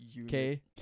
Okay